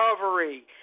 recovery